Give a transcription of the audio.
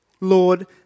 Lord